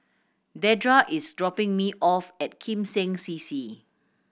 Dedra is dropping me off at Kim Seng C C